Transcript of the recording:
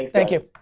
thank you.